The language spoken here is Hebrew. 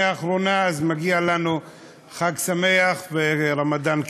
האחרונה אז מגיע לנו חג שמח ורמדאן כרים.